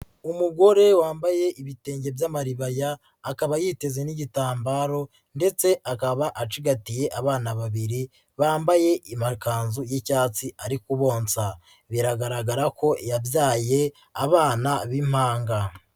Umugore wambaye ibitenge by'amaribaya akaba yiteze n'igitambaro ndetse akaba acigatiye abana babiri bambaye amakanzu y'icyatsi ari kubonsa, biragaragara ko yabyaye abana b'impanga.